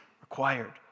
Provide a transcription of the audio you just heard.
required